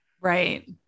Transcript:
Right